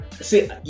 see